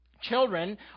Children